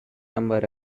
number